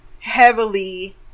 heavily